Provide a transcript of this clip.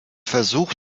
versuch